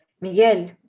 Miguel